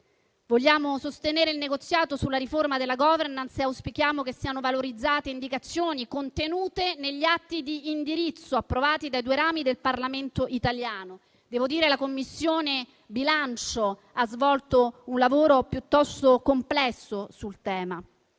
Vogliamo sostenere il negoziato sulla riforma della *governance* e auspichiamo che siano valorizzate le indicazioni contenute negli atti di indirizzo approvati dai due rami del Parlamento italiano. Devo dire che la Commissione bilancio ha svolto un lavoro piuttosto complesso sul tema